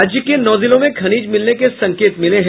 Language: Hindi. राज्य के नौ जिलों में खनिज मिलने के संकेत मिले हैं